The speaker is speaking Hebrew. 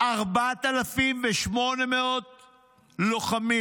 4,800 לוחמים.